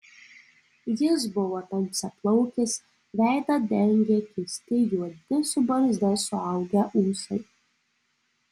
jis buvo tamsiaplaukis veidą dengė keisti juodi su barzda suaugę ūsai